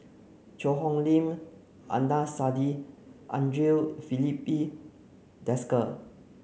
Cheang Hong Lim Adnan Saidi Andre Filipe Desker